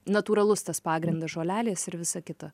natūralus tas pagrindas žolelės ir visa kita